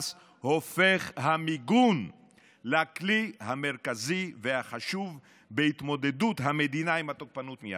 הופך המיגון לכלי המרכזי והחשוב בהתמודדות המדינה עם התוקפנות מעזה.